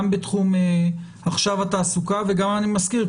גם בתחום התעסוקה וגם אני מזכיר,